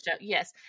yes